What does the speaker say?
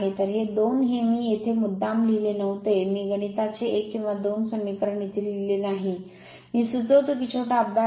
तर हे दोन हे मी येथे मुद्दाम दिले नव्हते मी गणिताचे 1 किंवा 2 समीकरण येथे दिले नाही मी सुचवितो की छोटा अभ्यास आहे